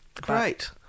great